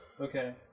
Okay